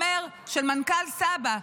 מנכ"ל סבא"א,